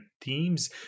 teams